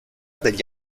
degli